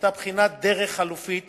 היתה בחינת דרך חלופית